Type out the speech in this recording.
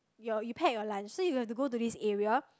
your you pack your lunch so you have to go to this area